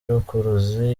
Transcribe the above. rukuruzi